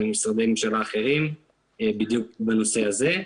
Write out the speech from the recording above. עם משרדי ממשלה אחרים בדיוק בנושא הזה.